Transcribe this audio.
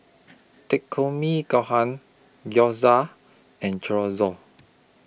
Takikomi Gohan Gyoza and Chorizo